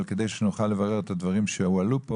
אבל כדי שנוכל לברר את הדברים שהועלו פה